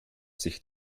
sich